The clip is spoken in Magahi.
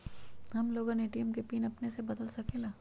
हम लोगन ए.टी.एम के पिन अपने से बदल सकेला?